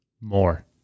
more